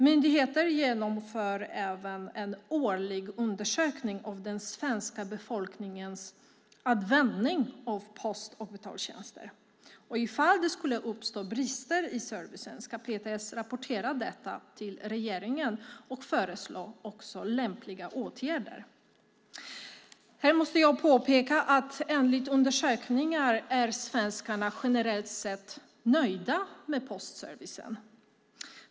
Myndigheten genomför även en årlig undersökning av den svenska befolkningens användning av post och betaltjänster. Ifall det skulle uppstå brister i servicen ska PTS rapportera detta till regeringen och föreslå lämpliga åtgärder. Här måste jag påpeka att enligt undersökningar är svenskarna generellt sett nöjda med postservicen.